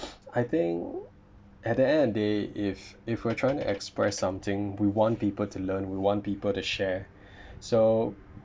I think at the end they if if we're trying to express something we want people to learn we want people to share so